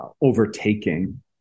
overtaking